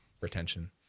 retention